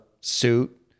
suit